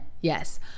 Yes